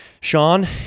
Sean